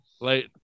Late